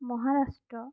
Maharashtra